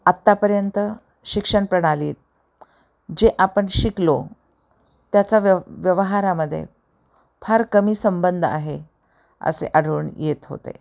आत्तापर्यंत शिक्षण प्रणालीत जे आपण शिकलो त्याचा व्यव व्यवहारामध्ये फार कमी संबध आहे असे आढळून येत होते